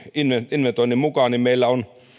inventoinnin mukaan meillä on